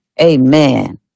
Amen